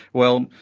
well,